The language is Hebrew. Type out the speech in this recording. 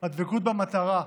הדבקות במטרה,